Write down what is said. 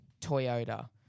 Toyota